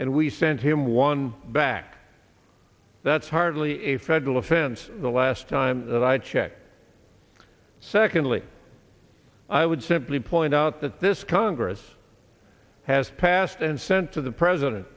and we sent him one back that's hardly a federal offense the last time that i checked secondly i would simply point out that this congress has passed and sent to the president